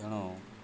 ତେଣୁ